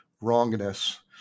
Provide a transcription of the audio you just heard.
wrongness